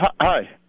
hi